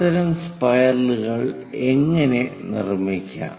അത്തരം സ്പൈറലുകൾ എങ്ങനെ നിർമ്മിക്കാം